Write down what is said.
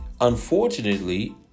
unfortunately